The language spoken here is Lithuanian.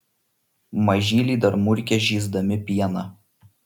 mažyliai dar murkia žįsdami pieną